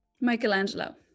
Michelangelo